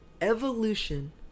evolution